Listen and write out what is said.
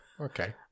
Okay